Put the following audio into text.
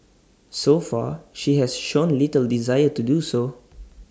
so far she has shown little desire to do so